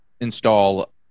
install